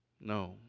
No